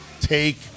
take